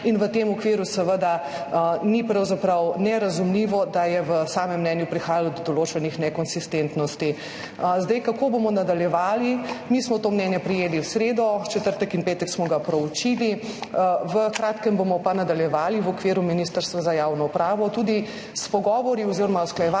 in v tem okviru seveda pravzaprav ni nerazumljivo, da je v samem mnenju prihajalo do določenih nekonsistentnosti. Kako bomo nadaljevali? Mi smo to mnenje prejeli v sredo, v četrtek in petek smo ga proučili, v kratkem bomo pa nadaljevali v okviru Ministrstva za javno upravo tudi s pogovori oziroma usklajevanji